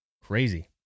Crazy